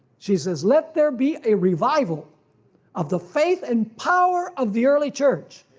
she says let there be a revival of the faith and power of the early church,